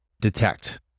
detect